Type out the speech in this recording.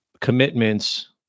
commitments